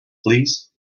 please